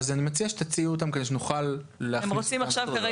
אז אני מציע שתציעו אותם כדי שנוכל להכניס אותם.